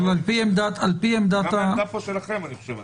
זו היתה עמדה שלכם.